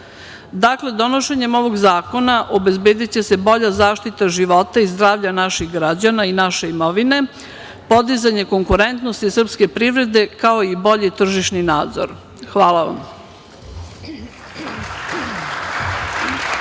donošenjem ovog zakona obezbediće se bolja zaštita života i zdravlja naših građana i naše imovine, podizanje konkurentnosti srpske privrede, kao i bolji tržišni nadzor. Hvala vam.